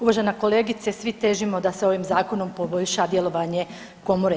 Uvažena kolegice svi težimo da se ovim Zakonom poboljša djelovanje Komore.